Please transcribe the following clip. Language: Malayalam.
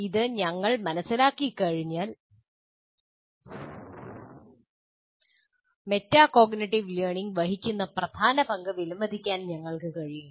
ഇത് ഞങ്ങൾ മനസ്സിലാക്കി കഴിഞ്ഞാൽ മെറ്റാകോഗ്നിറ്റീവ് ലേണിംഗ് വഹിക്കുന്ന പ്രധാന പങ്ക് വിലമതിക്കാൻ ഞങ്ങൾക്ക് കഴിയും